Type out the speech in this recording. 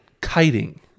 kiting